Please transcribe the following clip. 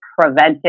preventive